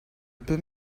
peux